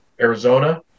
Arizona